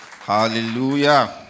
hallelujah